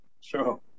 Sure